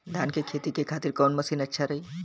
धान के खेती के खातिर कवन मशीन अच्छा रही?